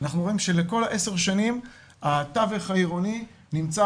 אנחנו רואים שבכל עשר השנים הטווח העירוני נמצא